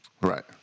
Right